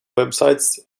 websites